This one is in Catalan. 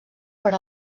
per